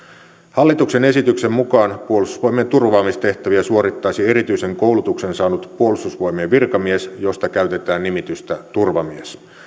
hallituksen esityksen mukaan puolustusvoimien turvaamistehtäviä suorittaisi erityisen koulutuksen saanut puolustusvoimien virkamies josta käytetään nimitystä turvamies